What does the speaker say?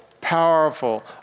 powerful